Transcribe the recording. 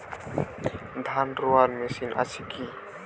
ধান রোয়ার মেশিন আছে কি?